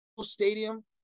stadium